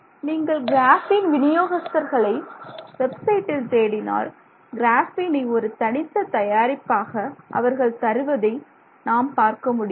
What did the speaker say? நீங்கள் கிராஃபீன் விநியோகஸ்தர்களை வெப்சைட்டில் தேடினால் கிராஃபீனை ஒரு தனித்த தயாரிப்பாக அவர்கள் தருவதை நாம் பார்க்க முடியும்